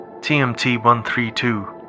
TMT-132